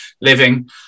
living